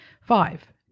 Five